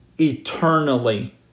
eternally